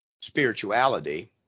spirituality